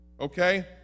Okay